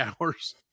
hours